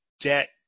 debt